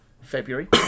February